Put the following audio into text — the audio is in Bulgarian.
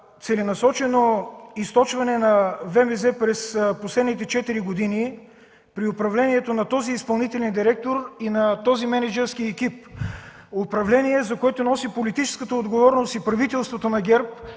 целенасочено източване на ВМЗ през последните четири години при управлението на този изпълнителен директор и на този мениджърски екип – управление, за което носи политическа отговорност правителството на ГЕРБ